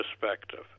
perspective